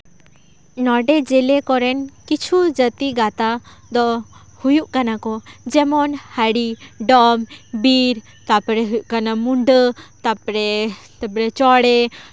ᱱᱚᱰᱮ ᱡᱮᱞᱮ ᱠᱚᱨᱮᱱ ᱠᱤᱪᱷᱩ ᱡᱟᱹᱛᱤ ᱜᱟᱛᱟᱠ ᱫᱚ ᱦᱩᱭᱩᱜ ᱠᱟᱱᱟ ᱠᱚ ᱡᱮᱢᱚᱱ ᱦᱟᱲᱤ ᱰᱚᱢ ᱵᱤᱨ ᱛᱟᱨᱯᱚᱨᱮ ᱦᱩᱭᱩᱜ ᱠᱟᱱᱟ ᱢᱩᱰᱟᱹ ᱛᱟᱨᱯᱚᱨᱮ ᱪᱚᱬᱮ